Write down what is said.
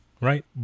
right